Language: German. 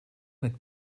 mit